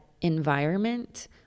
environment